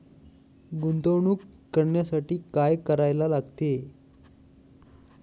गुंतवणूक करण्यासाठी काय करायला लागते?